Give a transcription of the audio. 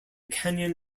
canyon